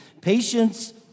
patience